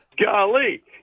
Golly